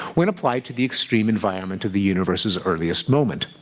when applied to the extreme environment of the universe's earliest moment.